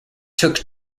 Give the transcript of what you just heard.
took